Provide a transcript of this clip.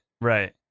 right